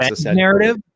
narrative